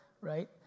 right